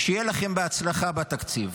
שיהיה לכם בהצלחה בתקציב.